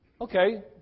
Okay